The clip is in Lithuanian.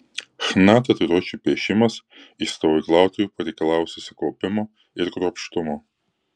chna tatuiruočių piešimas iš stovyklautojų pareikalavo susikaupimo ir kruopštumo